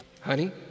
honey